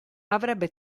avrebbe